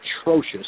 atrocious